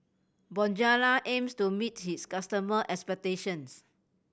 bonjela aims to meet its customers' expectations